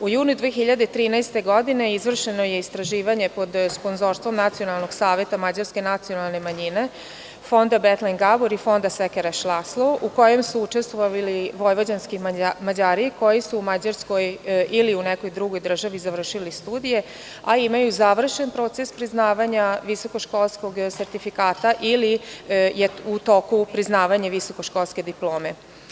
U junu 2013. godine izvršeno je istraživanje pod sponzorstvom Nacionalnog saveta mađarske nacionalne manjine Fonda „Betling Gabor“ i Fonda „Sekereš Laslo“ u kojem su učestvovali vojvođanski Mađari koji su u Mađarskoj ili u nekoj drugoj državi završili studije, a imaju završen proces priznavanja visokoškolskog sertifikata ili je u toku priznavanje visokoškolske diplome.